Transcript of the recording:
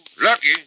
Lucky